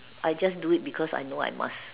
I just do it because I know I must